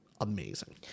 amazing